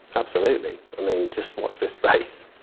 absolutely, i mean just watch this space,